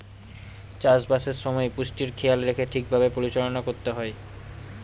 চাষবাসের সময় পুষ্টির খেয়াল রেখে ঠিক ভাবে পরিচালনা করতে হয়